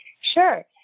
Sure